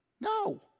No